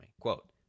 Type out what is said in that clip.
Quote